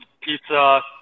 pizza